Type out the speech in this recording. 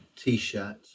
t-shirt